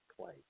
play